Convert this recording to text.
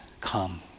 Come